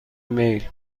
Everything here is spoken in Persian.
میل